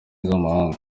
z’amahanga